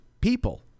people